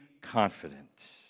confident